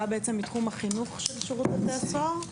של שירות בתי הסוהר.